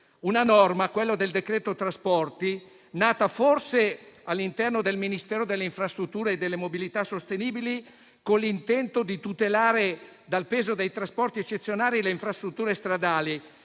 La norma contenuta nel citato decreto era nata forse all'interno del Ministero delle infrastrutture e della mobilità sostenibili (MIMS) con l'intento di tutelare dal peso dei trasporti eccezionali le infrastrutture stradali,